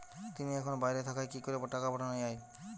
তিনি এখন বাইরে থাকায় কি করে টাকা পাঠানো য়ায়?